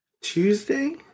Tuesday